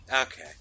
Okay